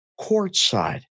courtside